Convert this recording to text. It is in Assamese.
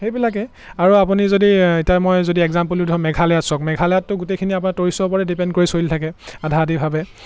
সেইবিলাকেই আৰু আপুনি যদি এতিয়া মই যদি একজাম্পোল দিওঁ ধৰক মেঘালয়ত চাওক মেঘালয়তটো গোটেইখিনি আপোনাৰ টুৰিষ্টৰ ওপৰতে ডিপেণ্ড কৰি চলি থাকে আধাআধিভাৱে